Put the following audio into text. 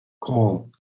call